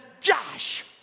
josh